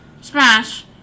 Smash